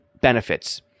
benefits